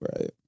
Right